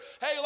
Hey